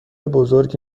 بزرگی